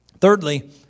Thirdly